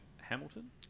Hamilton